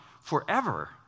forever